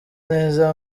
neza